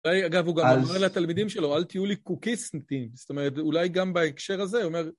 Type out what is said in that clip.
אגב, הוא גם אומר לתלמידים שלו, אל תהיו לי קוקיסניטים. זאת אומרת, אולי גם בהקשר הזה, הוא אומר...